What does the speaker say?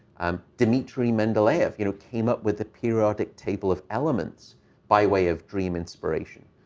um dmitri mendeleev, you know, came up with the periodic table of elements by way of dream inspiration.